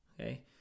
okay